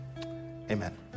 Amen